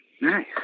Nice